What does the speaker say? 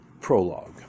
Prologue